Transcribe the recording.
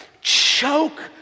choke